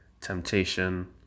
temptation